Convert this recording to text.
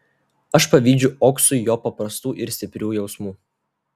aš pavydžiu oksui jo paprastų ir stiprių jausmų